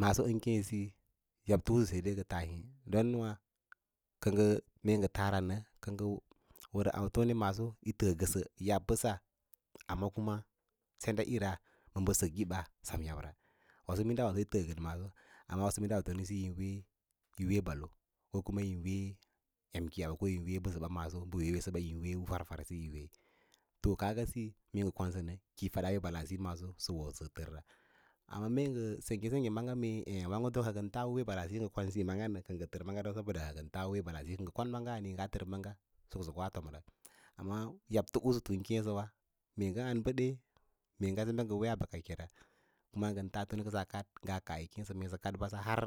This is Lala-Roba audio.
maaso ən keẽ siyi yabtoꞌusu saídai ngə taa hê don wǎ mee ngə fa nə, kə ngə wər autone yi fəə ngə yaɓ, bəsa amma kuma sendaꞌira əma bə səkꞌiba sem ngən maaso amma minda autonesu yin wee balo ko yín em kiíya ɓa ko yin wee mbəsəba maaso mbə fa far yiwo, to ka nga mee ngə kon sənə kí yi fadaa wee balas siyo maaso siwo sə tər ra amma mee sengge sengge maaga mee wǎǎgə to ka ngə taa u wee balaa siyo kə nga tər maga don saboda ngə taa u wee balas siyo kə ngə kon maga a le nga fər maga soksoko an tomra amma yatoꞌusutu ən keẽ sə bawa mee ngə am bəde mee nga ngə weeya balora kume ngən tas tone kəsa kad bas har.